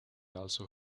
also